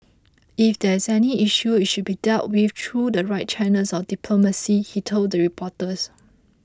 if there is any issue it should be dealt with through the right channels of diplomacy he told reporters